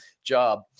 job